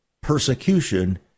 persecution